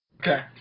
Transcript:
Okay